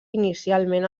inicialment